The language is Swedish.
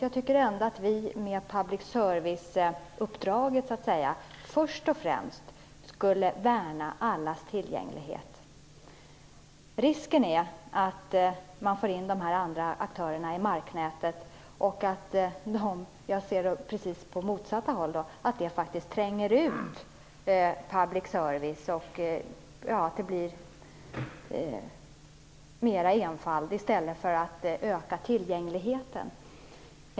Jag tycker att vi med public service-uppdraget först och främst borde värna tillgängligheten för alla. Risken är att man får in de andra aktörerna i nätet och att de - jag ser det från precis motsatt håll - faktiskt tränger ut public service så att det blir mer enfald i stället för ökad tillgänglighet.